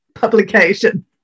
publication